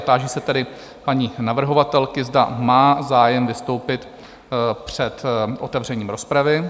Táži se paní navrhovatelky, zda má zájem vystoupit před otevřením rozpravy?